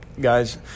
guys